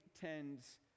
tends